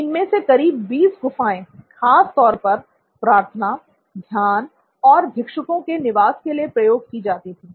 इनमें से करीब 20 गुफाएं खासतौर पर प्रार्थना ध्यान और भिक्षुको के निवास के लिए प्रयोग की जाती थी